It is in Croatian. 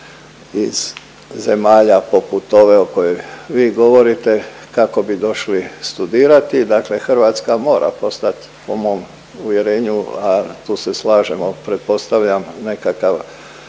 iz zemalja poput ove o kojoj vi govorite kako bi došli studirati. Dakle, Hrvatska mora poslat po mom uvjerenju, a tu se slažemo pretpostavljam nekakav